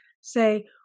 say